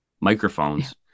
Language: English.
microphones